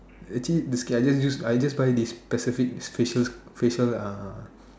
actually basically I just use I just try this specific facial facial uh